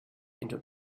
into